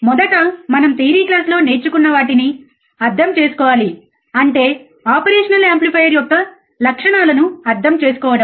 మొదట మనం థియరీ క్లాస్లో నేర్చుకున్న వాటిని అర్థం చేసుకోవాలి అంటే ఆపరేషనల్ యాంప్లిఫైయర్ యొక్క లక్షణాలను అర్థం చేసుకోవడం